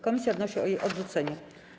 Komisja wnosi o jej odrzucenie.